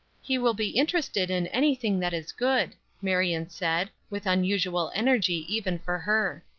he will be interested in anything that is good, marion said, with unusual energy even for her.